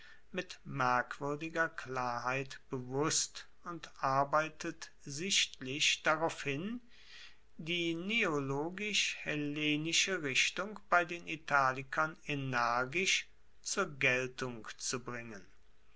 mit merkwuerdiger klarheit bewusst und arbeitet sichtlich darauf hin die neologisch hellenische richtung bei den italikern energisch zur geltung zu bringen